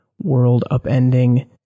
world-upending